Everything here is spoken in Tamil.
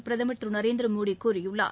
பிரதமர் திரு நரேந்திர மோடி கூறியுள்ளார்